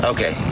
Okay